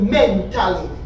mentally